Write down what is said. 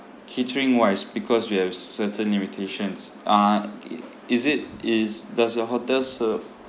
catering wise because we have certain limitations uh it is it is does the hotel serve